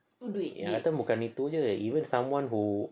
itu bukan itu aja even someone who